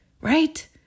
Right